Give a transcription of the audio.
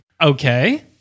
Okay